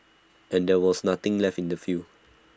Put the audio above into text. and there was nothing left in our field